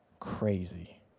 crazy